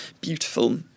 beautiful